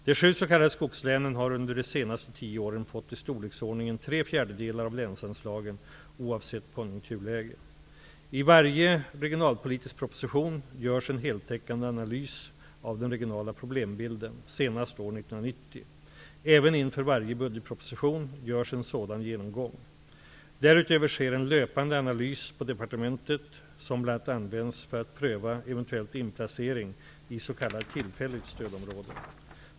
De sju s.k. skogslänen har under de senaste tio åren fått i storleksordningen tre fjärdedelar av länsanslaget oavsett konjunkturläge. I varje regionalpolitisk proposition görs en heltäckande analys av den regionala problembilden -- senast år 1990. Även inför varje budgetproposition görs en sådan genomgång. Därutöver sker en löpande analys på departementet som bl.a. används för att pröva eventuell inplacering i s.k. tillfälligt stödområde.